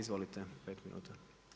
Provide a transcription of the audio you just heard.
Izvolite 5 minuta.